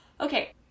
Okay